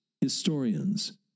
historians